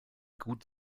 gut